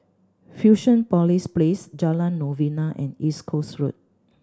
Fusionopolis Place Jalan Novena and East Coast Road